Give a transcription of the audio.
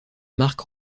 mark